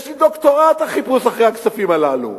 יש לי דוקטורט בחיפוש אחרי הכספים הללו.